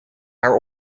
haar